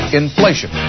inflation